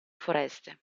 foreste